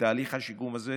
מתהליך השיקום הזה,